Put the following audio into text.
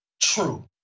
true